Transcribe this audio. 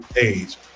age